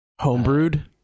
homebrewed